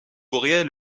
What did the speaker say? coréen